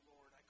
Lord